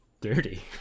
Dirty